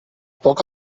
poc